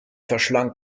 verschlang